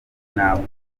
ntabwo